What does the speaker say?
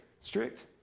strict